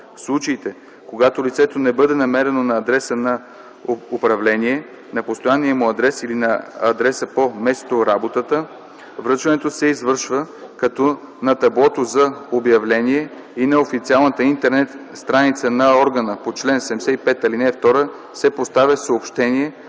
случаите, когато лицето не бъде намерено на адреса на управление, на постоянния му адрес или на адреса по месторабота, връчването се извършва, като на таблото за обявления и на официалната интернет страница на органа по чл. 75, ал. 2 се поставя съобщение